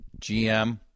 GM